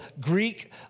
Greek